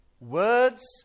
words